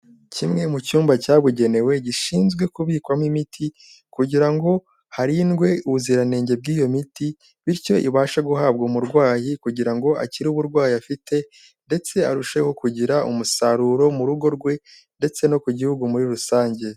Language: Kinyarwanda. Kimwe mu cyumba cyabugenewe gishinzwe kubikwamo imiti kugira ngo harindwe ubuziranenge bw'iyo miti bityo ibashe guhabwa umurwayi kugira ngo akire uburwayi afite ndetse arusheho kugira umusaruro mu rugo rwe ndetse no ku gihugu muri rusange.